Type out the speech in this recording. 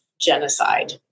genocide